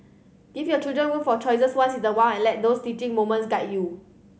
give your children room for choices once in a while and let those teaching moments guide you